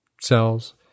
cells